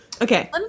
Okay